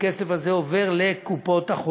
הכסף הזה עובר לקופות-החולים.